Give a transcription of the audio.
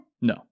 No